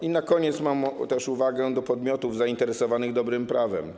I na koniec mam też uwagę do podmiotów zainteresowanych dobrym prawem.